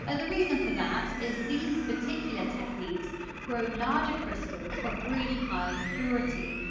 ah the reason for that is these particular techniques grow larger crystals of really high purity,